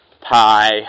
pi